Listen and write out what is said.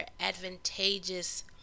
advantageous